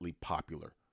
popular